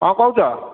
କ'ଣ କହୁଛ